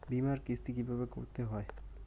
বিমার কিস্তি কিভাবে করতে হয়?